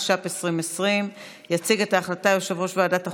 התש"ף 2020. יציג את הצעה יושב-ראש ועדת החוקה,